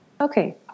Okay